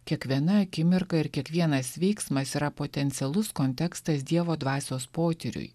kiekviena akimirka ir kiekvienas veiksmas yra potencialus kontekstas dievo dvasios potyriui